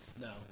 No